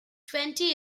twenty